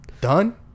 Done